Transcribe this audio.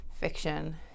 fiction